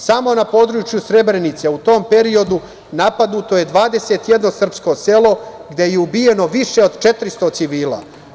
Samo na području Srebrenice u tom periodu napadnuto je 21 srpsko selo, gde je ubijeno više od 400 civila.